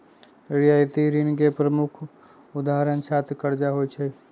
रियायती ऋण के प्रमुख उदाहरण छात्र करजा होइ छइ